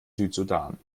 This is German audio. südsudan